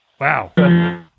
Wow